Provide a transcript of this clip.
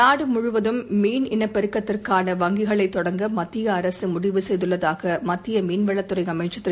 நாடு முழுவதும் மீன் இனப் பெருக்கத்திந்கான வங்கிகளைத் தொடங்க மத்திய அரசு முடிவு செய்துள்ளதாக மத்திய மீன் வளத்துறை அமைச்சர் திரு